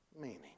meaning